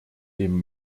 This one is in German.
dem